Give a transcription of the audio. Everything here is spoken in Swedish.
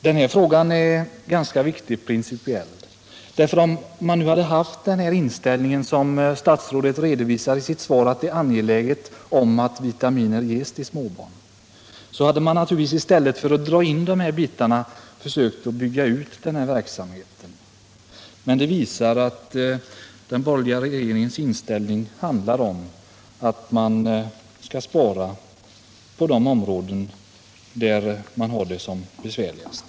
Den här frågan är principiellt ganska viktig. Om man hade haft den inställning som statsrådet redovisar i sitt svar, nämligen att det är angeläget att vitaminer ges till småbarn, då hade man naturligtvis i stället för att dra in gratisutdelningen försökt bygga ut verksamheten. Indragningen visar att den borgerliga regeringens inställning är att man skall spara på de områden där människor har det som besvärligast.